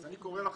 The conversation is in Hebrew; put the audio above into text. אני קורא לכם,